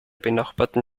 benachbarten